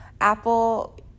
Apple